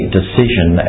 decision